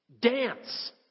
Dance